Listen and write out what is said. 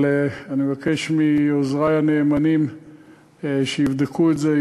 אבל אני מבקש מעוזרי הנאמנים שיבדקו את זה,